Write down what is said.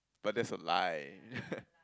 but that's a lie